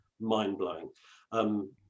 mind-blowing